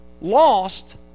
lost